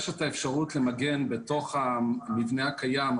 יש את האפשרות למגן בתוך המבנה הקיים,